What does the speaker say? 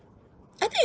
I think you